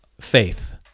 faith